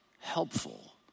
helpful